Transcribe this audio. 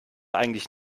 eigentlich